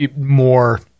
more